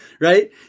right